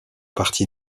parti